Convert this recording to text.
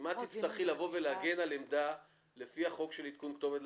אם את תצטרכי להגן על עמדה לפי החוק של עדכון כתובת,